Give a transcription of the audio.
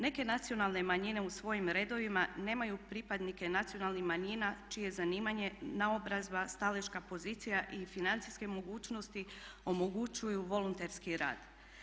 Neke nacionalne manjine u svojim redovima nemaju pripadnike nacionalnih manjina čije zanimanje, naobrazba, staleška pozicija i financijske mogućnosti omogućuju volonterski rad.